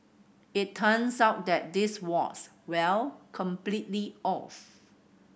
it turns out that this was well completely off